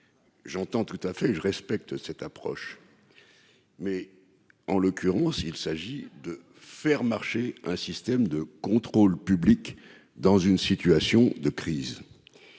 j'entends tout à fait je respecte cette approche, mais en l'occurrence, il s'agit de faire marcher, un système de contrôle public dans une situation de crise